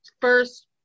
first